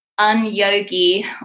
un-yogi